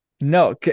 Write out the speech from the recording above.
No